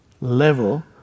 level